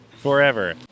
Forever